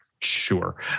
sure